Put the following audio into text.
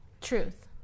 Truth